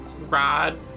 rod